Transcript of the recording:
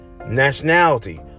Nationality